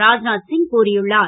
ராஜ்நாத் சிங் கூறியுள்ளார்